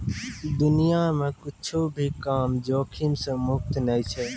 दुनिया मे कुच्छो भी काम जोखिम से मुक्त नै छै